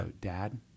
dad